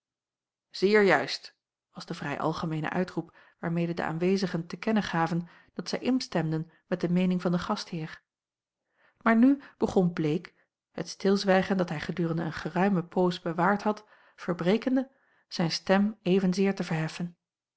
zeer juist was de vrij algemeene uitroep waarmede de aanwezigen te kennen gaven dat zij instemden met de meening van den gastheer maar nu begon bleek het stilzwijgen dat hij gedurende een geruime poos bewaard had verbrekende zijn stem evenzeer te verheffen